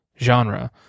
genre